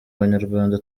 abanyarwanda